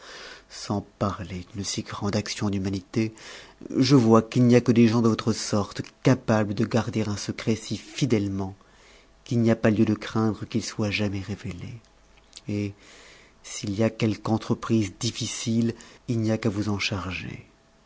sans parler d'une si grande action d'humanité je vois qu'il n'y a que des gens de votre sorte capable de garder un secret si qdètement qu'il n'y a pas lieu de craindre qu'il soit jamais révélé et s'il y a quelque entreprise difficile il n'y a qu'à vous en charger